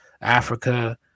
Africa